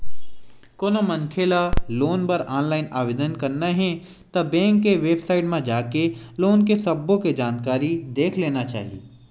कोनो मनखे ल लोन बर ऑनलाईन आवेदन करना हे ता बेंक के बेबसाइट म जाके लोन के सब्बो के जानकारी देख लेना चाही